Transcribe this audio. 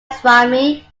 swami